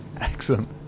Excellent